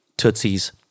tootsies